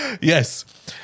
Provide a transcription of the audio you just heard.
Yes